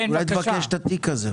אולי תבקש את התיק הזה?